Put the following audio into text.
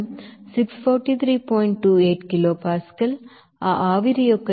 28 kilo pascal ఆ ఆవిరి యొక్క ఎంథాల్పీ 209